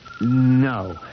No